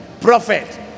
prophet